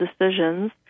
decisions